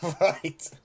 Right